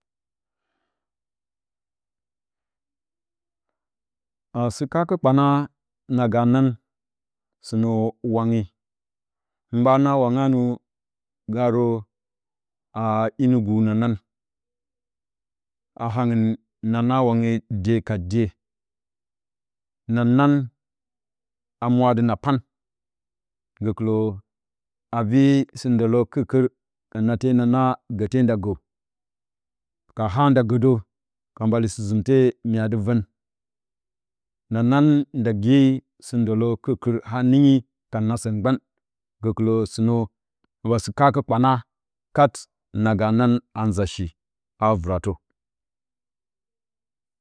A si-kaakə kpana na ga nan sɨ nə wange, hɨn ɓaa naa wangga nə, gaarə a inugu na nan, na hangɨn na naa wange dye ka dye na ka nan a mwa a dɨ na pan gəkɨlə a vii sɨ ndələ kɨrkɨr, ka nate na naa gəte nda gəi ka haa nda gədə ka mbale sɨ zɨmte mya a dɨ və na nan nda gi sɨ ndələ kɨr kɨr, ha nɨnyi ka naa sə gban gəkɨlə sɨnə kaɓa sɨ kaakə kpanə na ga nan gəkɨlə sɨnə kaaɓa sɨ kaakə kpana kat naga nan a haa nzashi a vɨratə.